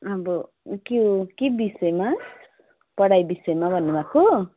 अब के के विषयमा पढाइ विषयमा भन्नुभएको